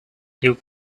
you